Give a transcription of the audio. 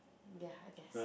ya I guess